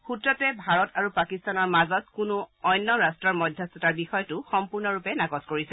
সূত্ৰটোৱে ভাৰত আৰু পাকিস্তানৰ মাজত কোনো অন্য ৰট্টৰ মধ্যস্থতাৰ বিষয়টো সম্পূৰ্ণৰূপে নাকচ কৰিছে